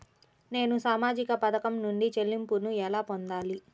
నేను సామాజిక పథకం నుండి చెల్లింపును ఎలా పొందాలి?